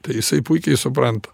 tai jisai puikiai supranta